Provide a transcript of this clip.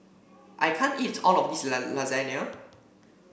I can't eat all of this Lasagna